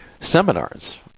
seminars